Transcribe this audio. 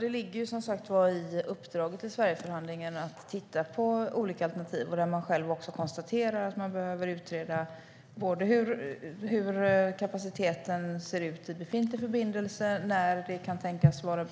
Det ligger som sagt i uppdraget till Sverigeförhandlingen att titta på olika alternativ, och förhandlarna konstaterar själva att de behöver utreda både hur kapaciteten ser ut i befintlig förbindelse, när det kan tänkas finnas